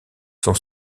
sont